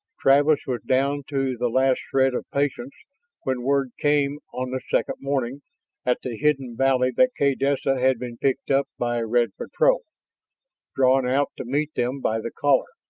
travis was down to the last shred of patience when word came on the second morning at the hidden valley that kaydessa had been picked up by a red patrol drawn out to meet them by the caller.